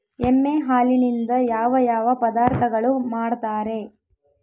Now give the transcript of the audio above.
ಎಮ್ಮೆ ಹಾಲಿನಿಂದ ಯಾವ ಯಾವ ಪದಾರ್ಥಗಳು ಮಾಡ್ತಾರೆ?